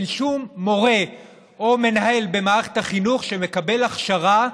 אין שום מורה או מנהל במערכת החינוך שמקבל הכשרה,